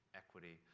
equity